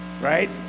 right